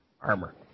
armor